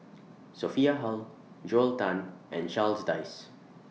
Sophia Hull Joel Tan and Charles Dyce